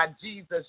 Jesus